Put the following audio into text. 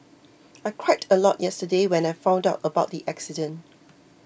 I cried a lot yesterday when I found out about the accident